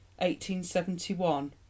1871